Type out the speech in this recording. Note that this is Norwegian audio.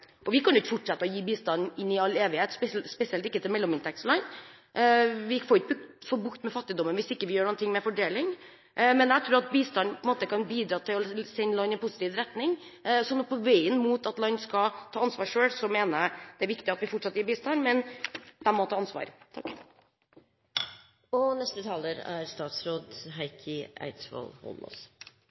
Vi kan ikke fortsette å gi bistand i all evighet – spesielt ikke til mellominntektsland. Vi får ikke bukt med fattigdommen hvis vi ikke gjør noe med fordeling, men jeg tror at bistand på en måte kan bidra til å sende land i positiv retning. På veien mot at land skal ta ansvar selv, mener jeg det er viktig at vi fortsatt gir bistand, men de må ta ansvar. Tusen takk for de innspillene. Jeg er